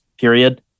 period